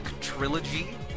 trilogy